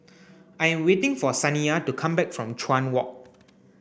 I am waiting for Saniyah to come back from Chuan Walk